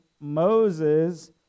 Moses